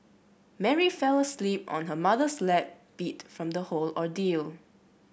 Mary fell asleep on her mother's lap beat from the whole ordeal